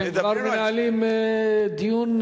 אתם כבר מנהלים דיון,